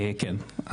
כן,